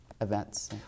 events